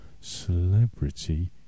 celebrity